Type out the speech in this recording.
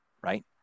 Right